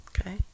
Okay